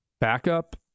backup